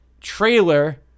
trailer